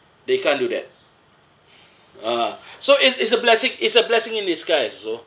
they can't do that ah so it's is a blessing is a blessing in disguise also